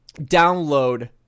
download –